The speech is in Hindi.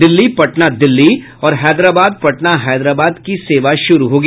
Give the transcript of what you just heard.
दिल्ली पटना दिल्ली और हैदराबाद पटना हैदराबाद की सेवा शुरू होगी